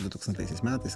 du tūkstantaisiais metais